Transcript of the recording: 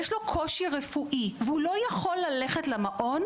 יש קושי רפואי והוא לא יכול ללכת למעון,